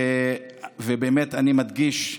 ובאמת אני מדגיש,